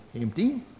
empty